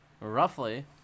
roughly